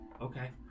Okay